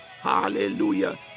Hallelujah